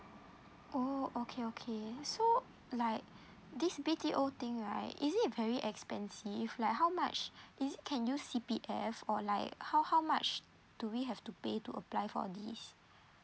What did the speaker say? oh okay okay so like this B_T_O thing right is it very expensive like how much is it can use C_P_F or like how how much do we have to pay to apply for this